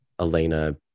Elena